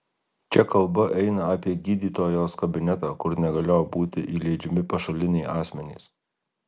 čia kalba eina apie gydytojos kabinetą kur negalėjo būti įleidžiami pašaliniai asmenys